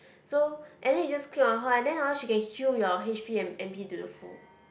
so and then you just click on her and then hor she can heal your H_P and M_P to the full